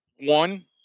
one